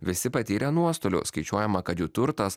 visi patyrė nuostolių skaičiuojama kad jų turtas